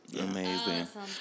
Amazing